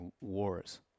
wars